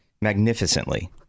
magnificently